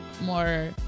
more